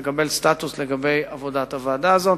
לקבל סטטוס לגבי עבודת הוועדה הזאת,